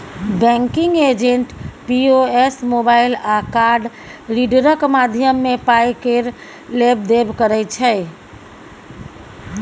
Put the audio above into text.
banking agent POS, mobile आ card रीडरक माध्यमे पाय केर लेब देब करै छै